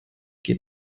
geht